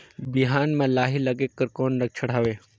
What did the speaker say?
बिहान म लाही लगेक कर कौन लक्षण हवे?